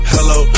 Hello